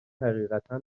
حقیقتا